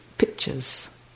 pictures